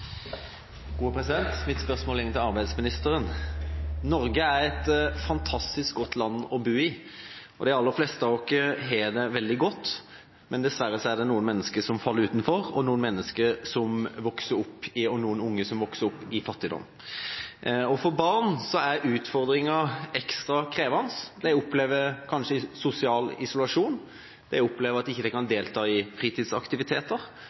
et fantastisk godt land å bo i, og de aller fleste av oss har det veldig godt. Men dessverre er det noen mennesker som faller utenfor, og noen unge som vokser opp i fattigdom. For barn er utfordringa ekstra krevende. De opplever kanskje sosial isolasjon. De opplever at de ikke kan delta i fritidsaktiviteter,